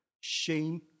Shame